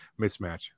mismatch